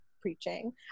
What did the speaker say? preaching